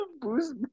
Boost